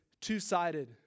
two-sided